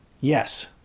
Yes